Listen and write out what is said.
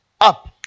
up